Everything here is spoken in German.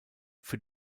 für